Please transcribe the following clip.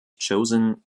chosen